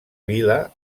vila